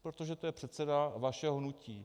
Protože to je předseda vašeho hnutí.